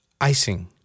icing